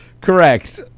Correct